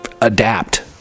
adapt